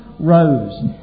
Rose